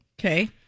Okay